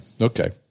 okay